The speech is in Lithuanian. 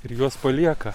ir juos palieka